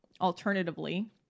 alternatively